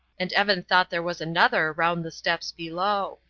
and evan thought there was another round the steps below.